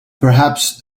perhaps